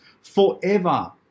forever